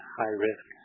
high-risk